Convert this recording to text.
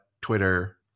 Twitter